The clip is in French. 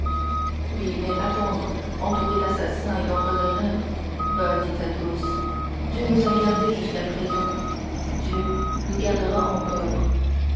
oui mais attendre entouré d'assassins et d'empoisonneurs bah dit athos dieu nous a gardés jusqu'à présent dieu nous gardera encore